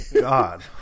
god